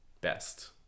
best